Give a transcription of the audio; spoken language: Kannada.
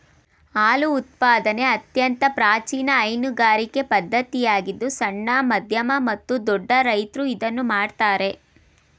ಹಾಲು ಉತ್ಪಾದನೆ ಅತ್ಯಂತ ಪ್ರಾಚೀನ ಹೈನುಗಾರಿಕೆ ಪದ್ಧತಿಯಾಗಿದ್ದು ಸಣ್ಣ, ಮಧ್ಯಮ ಮತ್ತು ದೊಡ್ಡ ರೈತ್ರು ಇದನ್ನು ಮಾಡ್ತರೆ